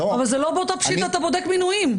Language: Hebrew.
אבל לא באותה פשיטא אתה בודק מינויים.